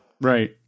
right